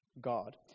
God